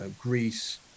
Greece